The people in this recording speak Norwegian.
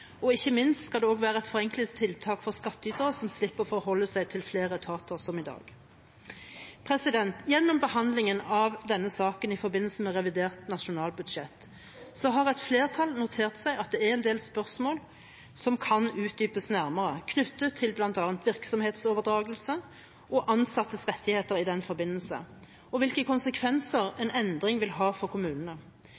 og ikke minst skal det også være et forenklingstiltak for skattyterne, som slipper å forholde seg til flere etater, som i dag. Gjennom behandlingen av denne saken i forbindelse med revidert nasjonalbudsjett, har et flertall notert seg at det er en del spørsmål som kan utdypes nærmere knyttet til bl.a. virksomhetsoverdragelse og ansattes rettigheter i den forbindelse, og hvilke konsekvenser en endring vil ha for kommunene.